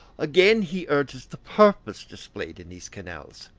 again, he urges the purpose displayed in these canals.